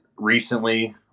Recently